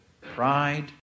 pride